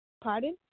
Pardon